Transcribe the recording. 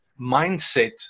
mindset